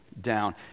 down